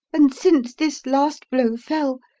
and since this last blow fell.